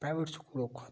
private سوٚکولو کھۄتہٕ